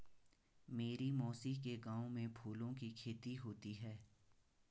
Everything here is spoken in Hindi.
मेरी मौसी के गांव में फूलों की खेती होती है